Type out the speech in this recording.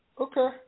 Okay